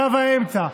קו האמצע,